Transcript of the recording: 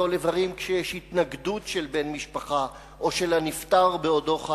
ליטול איברים כשיש התנגדות של בן משפחה או של הנפטר בעודו חי.